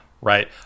right